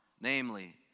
namely